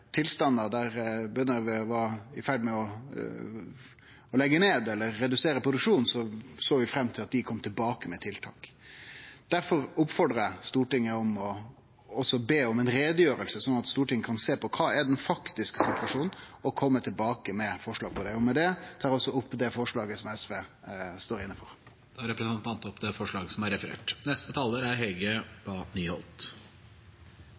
der bønder var i ferd med å leggje ned eller redusere produksjonen, så vi fram til at dei kom tilbake med tiltak. Derfor oppmodar eg Stortinget om å be om ei utgreiing, sånn at Stortinget kan sjå kva som er den faktiske situasjonen, og at ein kan kome tilbake med forslag om det. Med det tar eg opp det forslaget SV står inne i. Da har representanten Torgeir Knag Fylkesnes tatt opp det forslaget han refererte til. Vi i Rødt er